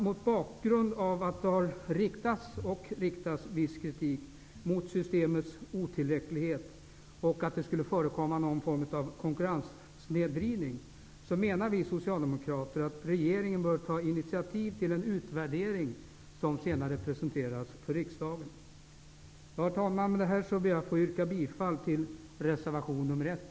Mot bakgrund av att det har riktats och riktas viss kritik mot systemets otillräcklighet och att det skulle förekomma någon form av konkurrenssnedvridning, menar vi socialdemokrater att regeringen bör ta initiativ till en utvärdering som senare presenteras för riksdagen. Herr talman! Med det anförda ber jag att få yrka bifall till reservation 1.